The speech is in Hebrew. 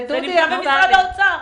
זה נמצא במשרד האוצר.